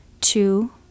two